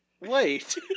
Wait